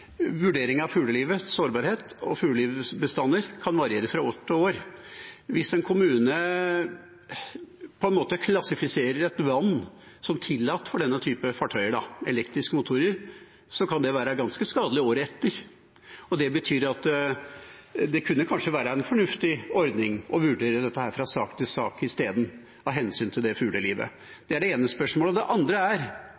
av fuglelivets sårbarhet og fuglebestander kan variere fra år til år. Hvis en kommune klassifiserer et vann som tillatt for denne typen fartøyer, med elektriske motorer, så kan det være ganske skadelig året etter. Det betyr at det kunne kanskje være en fornuftig ordning å vurdere dette fra sak til sak i stedet, av hensyn til det fuglelivet.